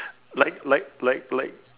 like like like like